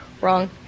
wrong